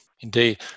Indeed